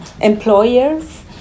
employers